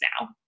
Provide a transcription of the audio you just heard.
now